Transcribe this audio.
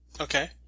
Okay